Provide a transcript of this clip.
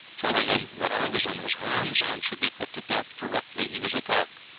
telling him that i was in his hands, and should be put to death directly he was attacked.